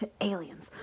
aliens